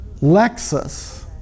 Lexus